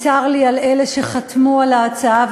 צר לי על אלה שחתמו על ההצעה,